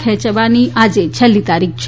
ખેંચવાની આજે છેલ્લી તારીખ છે